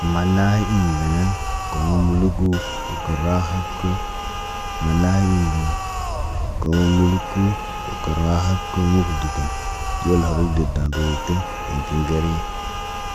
Maana hay in benen, ko woŋgolu gu, kə rahab kə. Maan hayin ben. Koo ŋgulu ku wo kurah kə muk digin. Yolhoro dee dan rootən in ki ŋgeriɲ.